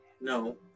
No